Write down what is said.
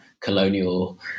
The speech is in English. colonial